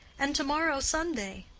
and to-morrow sunday?